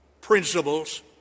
principles